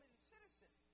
citizen